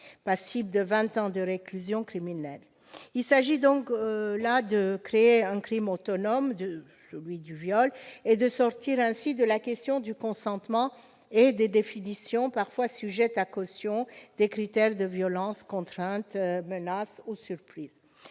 passible de vingt ans de réclusion criminelle. Il s'agit de créer un crime autonome de celui de viol et de sortir ainsi de la question du consentement et des définitions, parfois sujettes à caution, des critères de « violence, contrainte, menace ou surprise